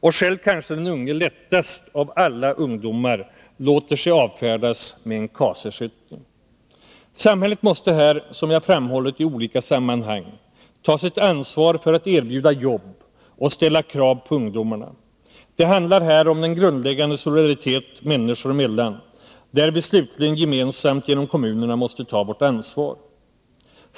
Och själva kanske dessa unga lättast av alla ungdomar låter sig avfärdas med en KAS-ersättning. Samhället måste här — som jag framhållit i olika sammanhang — ta sitt ansvar för att erbjuda jobb och ställa krav på ungdomarna. Det handlar här om den grundläggande solidariteten människor emellan, där vi slutligen gemensamt genom kommunerna måste ta vårt ansvar.